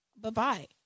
Bye-bye